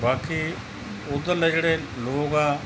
ਬਾਕੀ ਉੱਧਰਲੇ ਜਿਹੜੇ ਲੋਕ ਆ